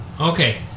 okay